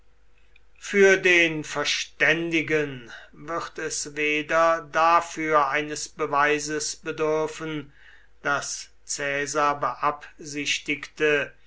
für den verständigen wird es weder dafür eines beweises bedürfen daß caesar